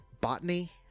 botany